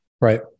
Right